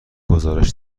گزارش